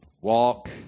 walk